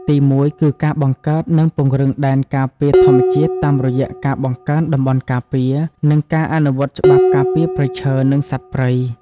ទីមួយគឺការបង្កើត និងពង្រឹងដែនការពារធម្មជាតិ តាមរយៈការបង្កើនតំបន់ការពារ និងការអនុវត្តច្បាប់ការពារព្រៃឈើ និងសត្វព្រៃ។